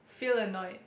feel annoyed